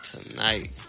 tonight